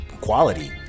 quality